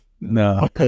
No